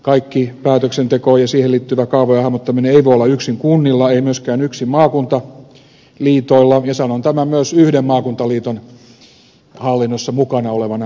kaikki päätöksenteko ja siihen liittyvä kaavojen hahmottaminen ei voi olla yksin kunnilla ei myöskään yksin maakuntaliitoilla ja sanon tämän myös yhden maakuntaliiton hallinnossa mukana olevana päättäjänä